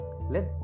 let